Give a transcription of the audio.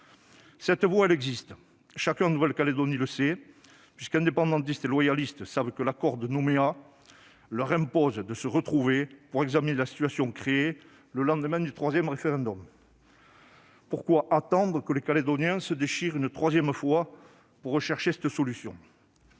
autre voie, elle existe. Chacun en Nouvelle-Calédonie le sait. Indépendantistes et loyalistes savent que l'accord de Nouméa leur impose de se retrouver pour examiner la situation créée le lendemain du troisième référendum. Pourquoi attendre que les Calédoniens se déchirent une troisième fois pour rechercher cette solution ?